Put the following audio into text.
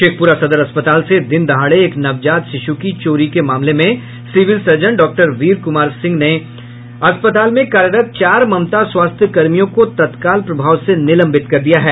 शेखपुरा सदर अस्पताल से दिनदहाड़े एक नवजात शिशु की चोरी मामले में civil surgeon doctor Veer Kunwar Singh ने अस्पताल में कार्यरत चार ममता स्वास्थ्य कर्मियों को तत्काल प्रभाव से निलंबित कर दिया है